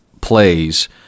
plays